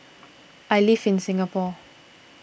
I live in Singapore